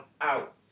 out